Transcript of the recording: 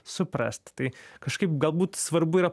suprast tai kažkaip galbūt svarbu yra